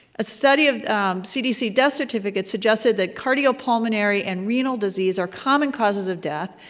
a study of cdc death certificates suggested that cardiopulmonary and renal disease are common causes of death,